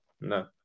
No